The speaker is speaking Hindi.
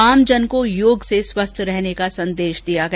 आमजन को योग से स्वस्थ्य रहने का संदेश दिया गया